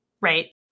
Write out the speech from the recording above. Right